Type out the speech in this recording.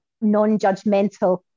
non-judgmental